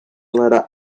letter